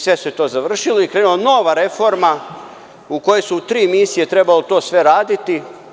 Sve se to završilo i krenula je nova reforma u kojoj se u tri misije trebalo sve to raditi.